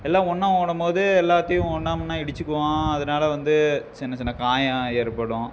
எல்லாம் ஒன்றா ஓடும்போது எல்லாத்தையும் ஒன்னா முன்னா இடிச்சுக்குவோம் அதுனால வந்து சின்ன சின்ன காயம் ஏற்படும்